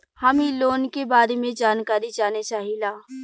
हम इ लोन के बारे मे जानकारी जाने चाहीला?